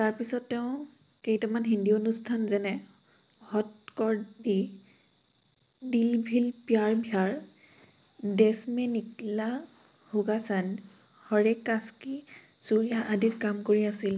তাৰ পিছত তেওঁ কেইটামান হিন্দী অনুষ্ঠান যেনে হদ্ কৰ দি দিল ভিল প্যাৰ ভ্যাৰ দেছ মে নিকলা হোগা চান্দ হৰে কাঁঁচ কি চুড়িয়াঁঁ আদিত কাম কৰি আছিল